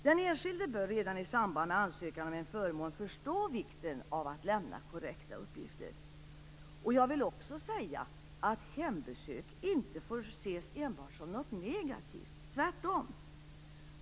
Den enskilde bör redan i samband med ansökan om en förmån förstå vikten av att lämna korrekta uppgifter. Jag vill också säga att hembesök inte får ses enbart som något negativt, tvärtom.